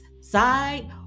side